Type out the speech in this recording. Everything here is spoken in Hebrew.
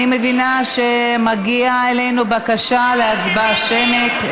אני מבינה שמגיעה אלינו בקשה להצבעה שמית.